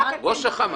זה ראש אח"מ.